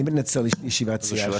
אני מתנצל, יש לי ישיבת סיעה.